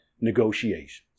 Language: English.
negotiations